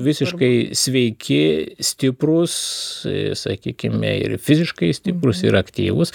visiškai sveiki stiprūs sakykime ir fiziškai stiprūs ir aktyvūs